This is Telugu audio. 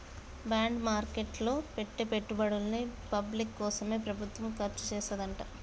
బాండ్ మార్కెట్ లో పెట్టే పెట్టుబడుల్ని పబ్లిక్ కోసమే ప్రభుత్వం ఖర్చుచేత్తదంట